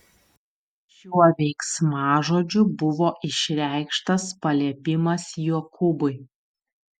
šiuo veiksmažodžiu buvo išreikštas paliepimas jokūbui